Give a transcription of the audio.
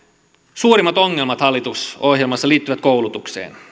suurimmat ongelmat hallitusohjelmassa liittyvät koulutukseen